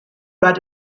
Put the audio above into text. bat